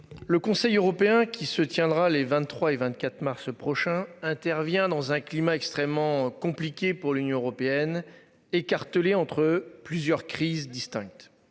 Le Conseil européen qui se tiendra les 23 et 24 mars prochain intervient dans un climat extrêmement compliqué pour l'Union européenne écartelée entre plusieurs crises distinctes,